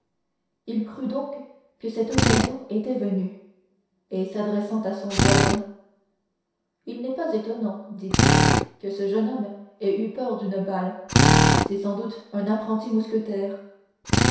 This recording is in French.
il crut donc que cette occasion était venue et s'adressant à son voisin il n'est pas étonnant dit-il que ce jeune homme ait eu peur d'une balle c'est sans doute un apprenti mousquetaire